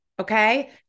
okay